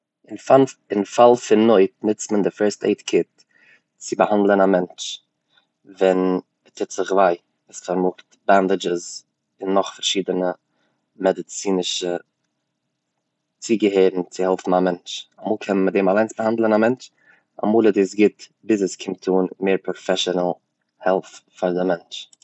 אין פאל אין פאל פון נויט נוצט מען די פורסט עיד קיט, צו באהאנדלען א מענטש ווען מ'טוט זיך וויי, עס פארמאגט בענדעזשעס און נאך פארשידענע מעדעצינישע צוגעהערן צו העלפן א מענטש, אמאל קען מען מיט דעם אליינס באהאנדלען א מענטש, אמאל איז דעס גוט ביז עס קומט אן מער פראפעשענעל העלפ פאר די מענטש.